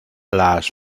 las